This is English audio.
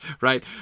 right